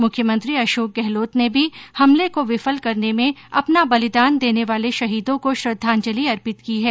मुख्यमंत्री अशोक गहलोत ने भी हमले को विफल करने में अपना बलिदान देने वाले शहीदों को श्रद्धांजलि अर्पित की है